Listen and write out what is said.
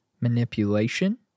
manipulation